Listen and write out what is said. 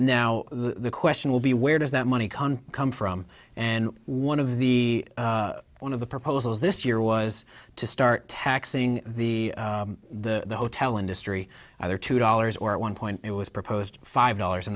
now the question will be where does that money come from and one of the one of the proposals this year was to start taxing the the hotel industry either two dollars or one point it was proposed five dollars a